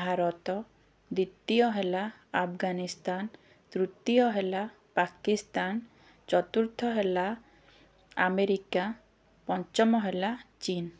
ଭାରତ ଦ୍ୱିତୀୟ ହେଲା ଆଫଗାନିସ୍ତାନ ତୃତୀୟ ହେଲା ପାକିସ୍ତାନ ଚତୁର୍ଥ ହେଲା ଆମେରିକା ପଞ୍ଚମ ହେଲା ଚୀନ୍